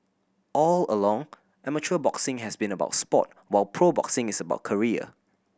all along amateur boxing has been about sport while pro boxing is about career